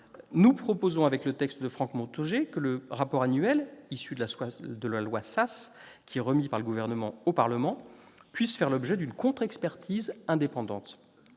Nous proposons en outre, le texte de Franck Montaugé, que le rapport annuel issu de la loi Sas, qui est remis par le Gouvernement au Parlement, puisse faire l'objet d'une contre-expertise indépendante.